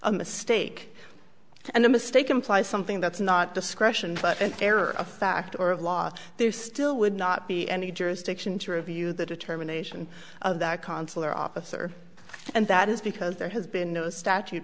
a mistake and a mistake imply something that's not discretion an error of fact or of law there still would not be any jurisdiction to review the determination of that consular officer and that is because there has been no statute